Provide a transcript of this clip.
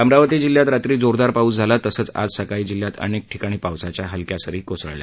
अमरावती जिल्हात रात्री जोरदार पाऊस झाला तसंच आज सकाळी जिल्हात अनेक ठिकाणी पावसाच्या हलक्या सरी कोसळल्या